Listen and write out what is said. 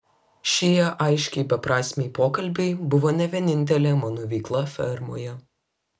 šie aiškiai beprasmiai pokalbiai buvo ne vienintelė mano veikla fermoje